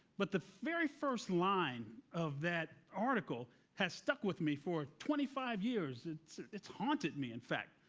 but the very first line of that article has stuck with me for twenty five years. it's it's haunted me, in fact.